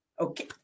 Okay